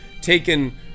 taken